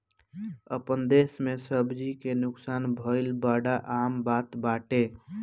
आपन देस में सब्जी के नुकसान भइल बड़ा आम बात बाटे